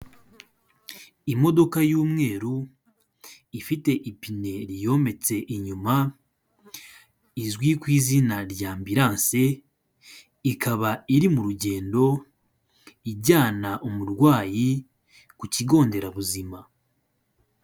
Imodoka y'umweru ifite ipine riyometse inyuma izwi ku izina rya ambirananse ikaba iri mu rugendo ijyana umurwayi ku kigo nderabuzima.